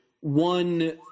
one